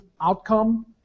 outcome